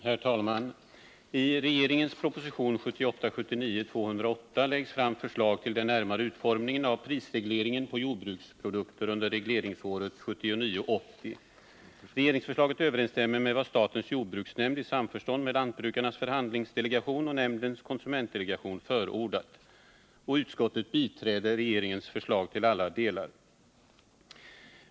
Herr talman! I regeringens proposition 1978 80. Regeringsförslaget överensstämmer med vad statens jordbruksnämnd i samförstånd med lantbrukarnas förhandlingsdelegation och nämndens konsumentdelegation förordat. Utskottet biträder regeringens förslag till alla delar.